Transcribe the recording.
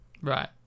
Right